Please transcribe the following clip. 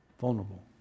vulnerable